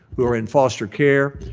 who are in foster care,